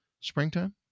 springtime